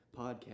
podcast